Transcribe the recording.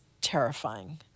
terrifying